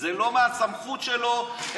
זה לא מהסמכות שלו.